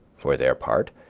for their part,